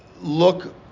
look